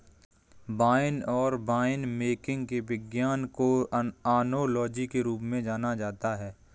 wine और winemaking के विज्ञान को ओनोलॉजी के रूप में जाना जाता है